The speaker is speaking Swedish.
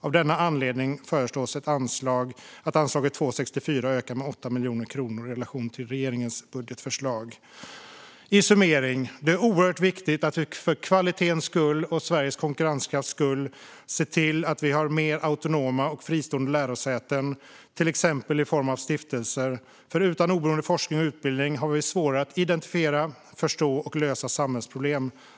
Av denna anledning föreslås att anslag 2:64 ökar med 8 miljoner kronor i relation till regeringens budgetförslag. Jag vill summera genom att säga att det är oerhört viktigt att vi för kvalitetens skull och för Sveriges konkurrenskrafts skull ser till att vi får mer autonoma och fristående lärosäten, till exempel i form av stiftelser. Utan oberoende forskning och utbildning har vi svårare att identifiera, förstå och lösa samhällsproblem.